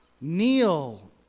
kneel